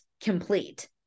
complete